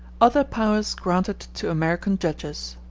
other powers granted to american judges